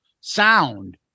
sound